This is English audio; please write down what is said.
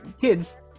kids